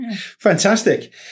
Fantastic